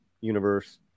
universe